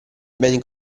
beni